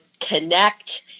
connect